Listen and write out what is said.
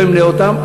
לא אמנה אותם,